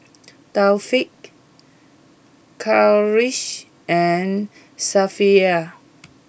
Taufik Khalish and Safiya